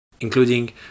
including